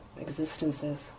existences